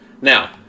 Now